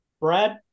Brad